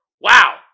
Wow